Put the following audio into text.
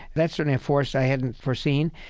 that's certainly a force i hadn't foreseen.